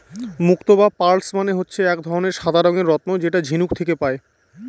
মুক্ত বা পার্লস মানে হচ্ছে এক ধরনের সাদা রঙের রত্ন যেটা ঝিনুক থেকে পায়